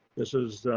this is